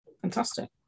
Fantastic